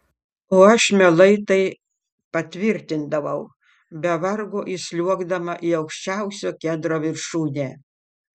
o aš mielai tai patvirtindavau be vargo įsliuogdama į aukščiausio kedro viršūnę